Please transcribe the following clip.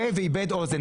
ואיבד אוזן.